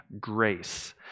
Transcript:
grace